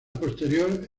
posterior